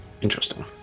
Interesting